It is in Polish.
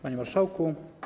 Panie Marszałku!